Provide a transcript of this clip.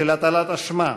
של הטלת אשמה,